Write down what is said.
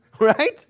right